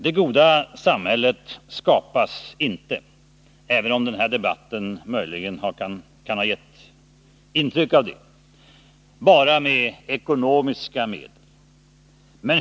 Det goda samhället skapas inte — även om den här debatten möjligen kan ha gett ett intryck av det — bara med ekonomiska medel.